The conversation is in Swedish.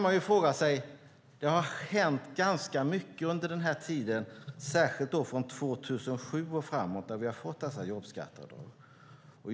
Det har hänt ganska mycket under denna tid, särskilt från 2007 och framåt när vi har fått dessa jobbskatteavdrag.